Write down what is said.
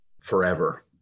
forever